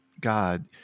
God